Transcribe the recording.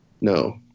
No